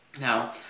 Now